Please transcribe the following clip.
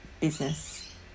business